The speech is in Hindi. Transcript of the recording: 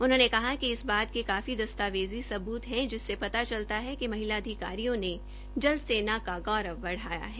उन्होंने कहा कि इस बात के काफी दस्तावेज़ी सब्त है जिससे पता चलता है कि महिला अधिकारियों ने जल सेना का गौरव बढ़ाया है